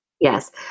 Yes